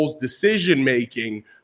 decision-making